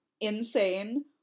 insane